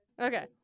Okay